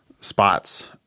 spots